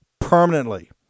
permanently